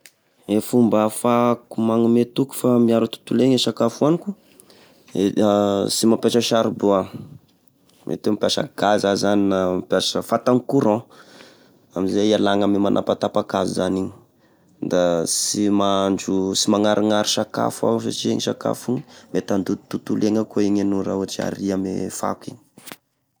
Gne fomba ahafako magnome toky fa miaro e tontolo iainana e sakafo oaniko e sy mampiasa charbon aho mety oe mampiasa gaz ah zany na mampiasa fatany courant amizay ialana ame manapatapaka hazo zany igny, da sy magnarignary sakafo aho satria igny sakafo igny mety andoto tontolo iainana raha aria ame fako egny.